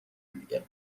دیگه